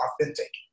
authentic